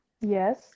Yes